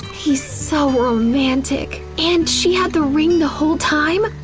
he's so romantic! and she had the ring the whole time?